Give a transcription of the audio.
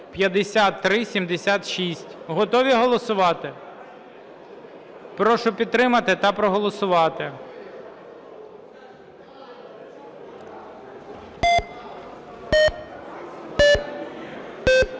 Готові голосувати? Прошу підтримати та проголосувати.